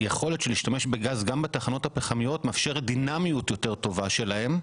יכול להיות ששימוש בגז גם בתחנות הפחמיות מאפשר דינמיות יותר טובה שלהן,